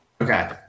Okay